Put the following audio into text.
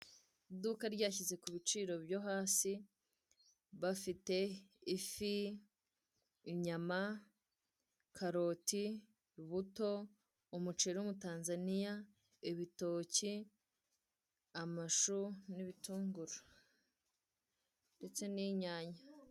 Iduka ryashyize ku biciro byo hasi bafite ifi, inyama, karoti, ubuto, umuceri w'umutanzaniya, ibitoki, amashu n'ibitunguru ndetse n'inyanya.